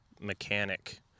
mechanic